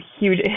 huge